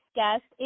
guest